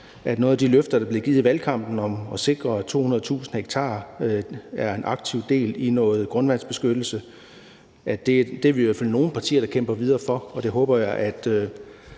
at nogle af de løfter, der blev givet i valgkampen om at sikre, at 200.000 ha er en aktiv del i noget grundvandsbeskyttelse, er noget, som vi i hvert fald er nogle partier, der kæmper videre for, og jeg håber, at